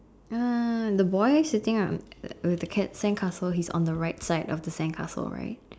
uh the boy sitting out with the cat sandcastle he's on the right side of the sandcastle right